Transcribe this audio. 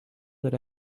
that